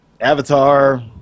Avatar